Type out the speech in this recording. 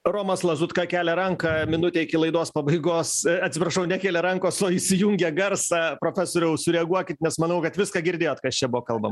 romas lazutka kelia ranką minutė iki laidos pabaigos atsiprašau nekelia rankos o įsijungė garsą profesoriau sureaguokit nes manau kad viską girdėjot kas čia buvo kalbam